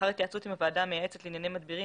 לאחר התייעצות עם הוועדה המייעצת לענייני מדבירים